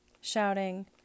shouting